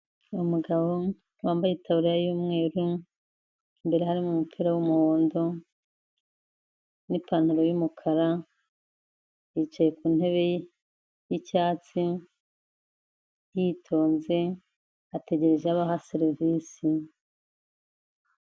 Umugabo wambaye itaburiya y'umweru, imbere harimo umupira w'umuhondo, n'ipantaro y'umukara, yicaye ku ntebe y'icyatsi, yitonze, ategereje abo aha serivisi.